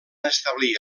establir